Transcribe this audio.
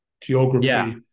geography